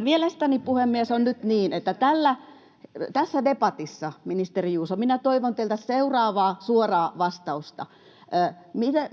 Mielestäni, puhemies, on nyt niin... Tässä debatissa, ministeri Juuso, minä toivon teiltä seuraavaa suoraa vastausta: